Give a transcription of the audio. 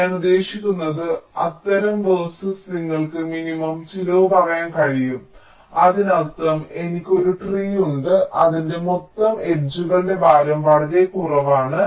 ഞാൻ ഉദ്ദേശിക്കുന്നത് അത്തരം വേഴ്സസ് നിങ്ങൾക്ക് മിനിമം ചിലവ് പറയാൻ കഴിയും അതിനർത്ഥം എനിക്ക് ഒരു ട്രീ ഉണ്ട് അതിന്റെ മൊത്തം അരികുകളുടെ ഭാരം വളരെ കുറവാണ്